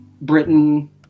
britain